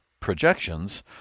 projections